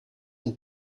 een